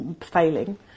failing